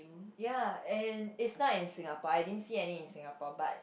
ya in is not in Singapore I didn't seen any in Singapore but